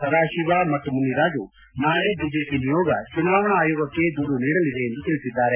ಸದಾಶಿವ ಮತ್ತು ಮುನಿರಾಜು ನಾಳೆ ಬಿಜೆಪಿ ನಿಯೋಗ ಚುನಾವಣಾ ಆಯೋಗಕ್ಕೆ ದೂರು ನೀಡಲಿದೆ ಎಂದು ತಿಳಿಸಿದ್ಗಾರೆ